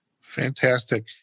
Fantastic